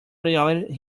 reality